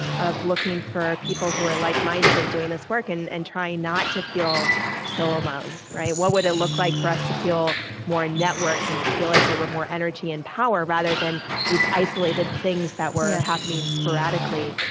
of looking for people who were like-minded and doing this work, and and trying not to feel so alone. what would it look like for us to feel more networked and to feel like there were more energy and power, rather than these isolated things that were happening sporadically?